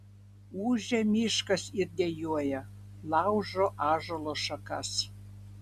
ūžia miškas ir dejuoja laužo ąžuolo šakas